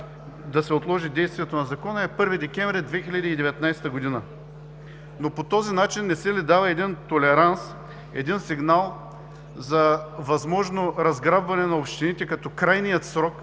да се отложи действието на Закона, е 1 декември 2019 г. По този начин не се ли дава един толеранс, един сигнал за възможно разграбване на общините и